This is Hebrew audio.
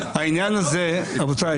את יוראי